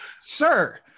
sir